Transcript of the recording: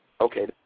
Okay